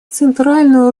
центральную